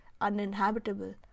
uninhabitable